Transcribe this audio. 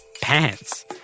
pants